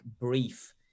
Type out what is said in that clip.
brief